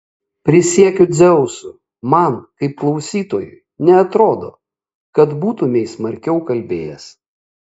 prisiekiu dzeusu man kaip klausytojui neatrodo kad būtumei smarkiau kalbėjęs